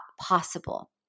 possible